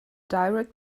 direct